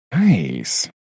Nice